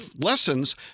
lessons